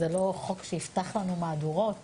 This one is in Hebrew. זה לא חוק שיפתח לנו מהדורות